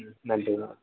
ம் நன்றி மேம்